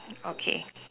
okay